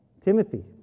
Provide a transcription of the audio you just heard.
Timothy